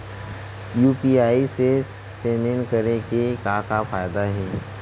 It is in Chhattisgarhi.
यू.पी.आई से पेमेंट करे के का का फायदा हे?